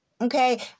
Okay